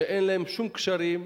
שאין להם שום קשרים,